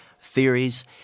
theories